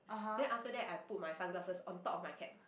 then after that I put my sunglasses on top of my cap